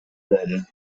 then